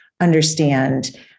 understand